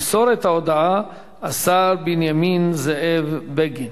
ימסור את ההודעה השר בנימין זאב בגין.